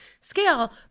scale